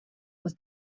was